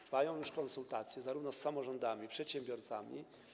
Trwają już konsultacje zarówno z samorządami, jak i z przedsiębiorcami.